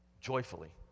joyfully